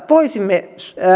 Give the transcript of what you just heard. voisimme